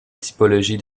typologie